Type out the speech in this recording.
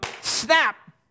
snap